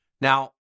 Now